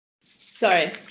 Sorry